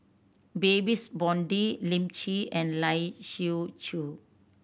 Babes Conde Lim Lee and Lai Siu Chiu